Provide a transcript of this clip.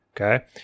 Okay